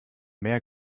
mehr